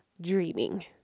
dreaming